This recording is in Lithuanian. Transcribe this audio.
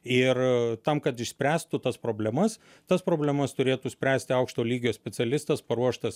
ir tam kad išspręstų tas problemas tas problemas turėtų spręsti aukšto lygio specialistas paruoštas